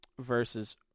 versus